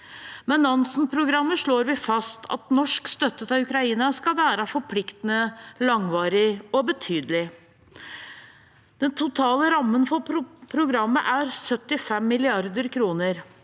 Med Nansen-programmet slår vi fast at norsk støtte til Ukraina skal være forpliktende, langvarig og betydelig. Den totale rammen for programmet er 75 mrd. kr,